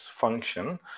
function